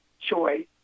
choice